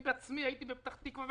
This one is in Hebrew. אני בעצמי הייתי בפתח תקווה,